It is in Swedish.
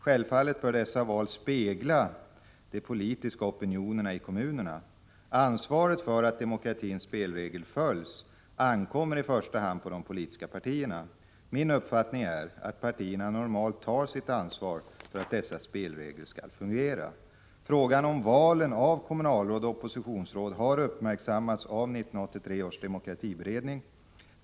Självfallet bör dock dessa val spegla de politiska opinionerna i kommunerna. Ansvaret för att demokratins spelregler följs ankommer i första hand på de politiska partierna. Min uppfattning är att partierna normalt tar sitt ansvar för att dessa spelregler skall fungera. Frågan om valen av kommunalråd och oppositionsråd har uppmärksammats av 1983 års demokratiberedning.